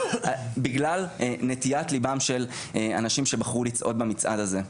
בגלל נטיית ליבם של אנשים שבחרו לצעוד במצעד הזה.